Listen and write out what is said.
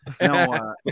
No